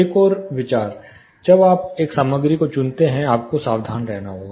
एक और विचार जब आप एक सामग्री को चुनते समय आपको सावधान रहना होगा